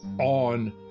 on